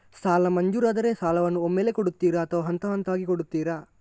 ಸಾಲ ಮಂಜೂರಾದರೆ ಸಾಲವನ್ನು ಒಮ್ಮೆಲೇ ಕೊಡುತ್ತೀರಾ ಅಥವಾ ಹಂತಹಂತವಾಗಿ ಕೊಡುತ್ತೀರಾ?